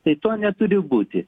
tai to neturi būti